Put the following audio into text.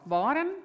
waren